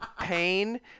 Pain